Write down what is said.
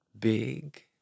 big